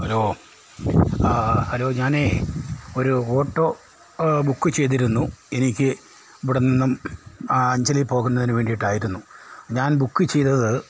hello ആ hello ഞാനേ ഒരു ഓട്ടോ ബുക്ക് ചെയ്തിരുന്നു എനിക്ക് ഇവിടെ നിന്നും ആ അഞ്ചലിൽ പോകുന്നതിന് വേണ്ടിയിട്ടായിരുന്നു ഞാൻ ബുക്ക് ചെയ്തത്